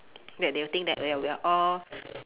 that they will think that we are we are all